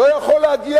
לא יכול להגיע,